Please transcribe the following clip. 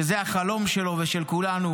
שזה החלום שלו ושל כולנו,